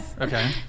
Okay